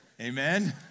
Amen